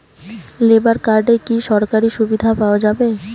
Labour কার্ডে কি কি সরকারি সুবিধা পাওয়া যাবে?